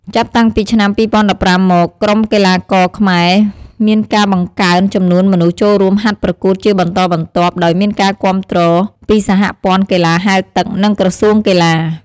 ចាប់តាំងពីឆ្នាំ ២០១៥ មក ក្រុមកីឡាករខ្មែរមានការបង្កើនចំនួនមនុស្សចូលរួមហាត់ប្រកួតជាបន្តបន្ទាប់ ដោយមានការគាំទ្រពីសហព័ន្ធកីឡាហែលទឹក និងក្រសួងកីឡា។